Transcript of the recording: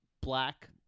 black